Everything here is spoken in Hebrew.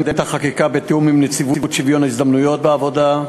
את החקיקה בתיאום עם נציבות שוויון ההזדמנויות בעבודה,